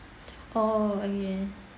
oh ya